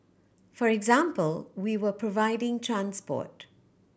for example we were providing transport